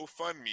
GoFundMe